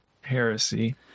heresy